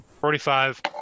Forty-five